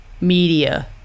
Media